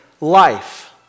life